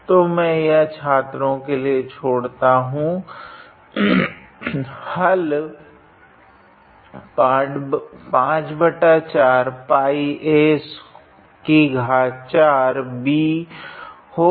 तो यह मैं छात्रों के लिए छोड़ता हूँ हल 54𝜋𝑎4𝑏 होगा